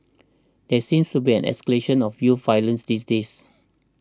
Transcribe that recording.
there seems to be an escalation of youth violence these days